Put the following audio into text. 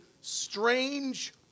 strange